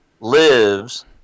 lives